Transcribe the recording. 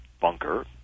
bunker